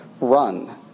run